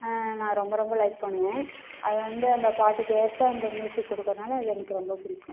நான் ரொம்ப ரொம்ப லைக் பண்ணுவேன் அதுவந்து அந்த பாட்டுக்கு ஏத்த அந்த மியூசிக் கொடுக்குறனால அது எனக்கு ரொம்ப பிடிக்கும்